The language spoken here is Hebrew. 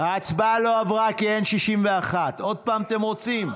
ההצעה לא עברה כי אין 61. עוד פעם אתם רוצים?